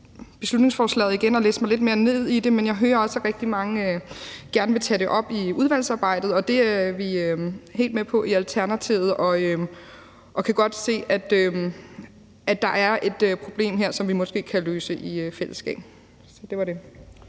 beslutningsforslaget og læse lidt mere ned i det, men jeg hører også, at rigtig mange gerne vil tage det op i udvalgsarbejdet, og det er vi helt med på i Alternativet. Vi kan godt se, at der er et problem her, som vi måske kan løse i fællesskab. Det var det.